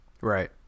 Right